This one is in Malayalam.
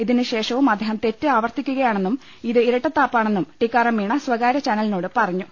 ഇതിനുശേഷവും അദ്ദേഹം തെറ്റ് ആവർത്തിക്കുകയാണെന്നും ഇത് ഇരട്ടത്താ പ്പാണെന്നും ടിക്കാറാം മീണ് സ്വകാര്യ ചാനലിനോട് പറ ഞ്ഞു